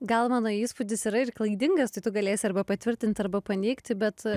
gal mano įspūdis yra ir klaidingas tai tu galėsi arba patvirtint arba paneigti bet